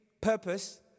purpose